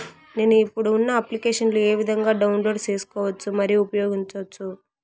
నేను, ఇప్పుడు ఉన్న అప్లికేషన్లు ఏ విధంగా డౌన్లోడ్ సేసుకోవచ్చు మరియు ఉపయోగించొచ్చు?